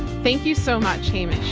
thank you so much, hamish.